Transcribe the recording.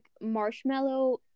marshmallow